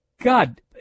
God